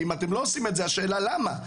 ואם אתם לא עושים את זה השאלה למה,